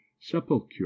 sepulchre